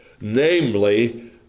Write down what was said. namely